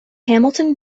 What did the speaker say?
hamilton